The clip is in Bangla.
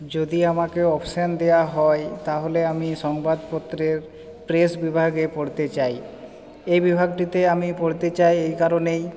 যদি আমাকে অপশান দেওয়া হয় তাহলে আমি সংবাদপত্রের প্রেস বিভাগে পড়তে চাই এই বিভাগটিতে আমি পড়তে চাই এই কারণেই